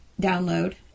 download